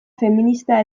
feminista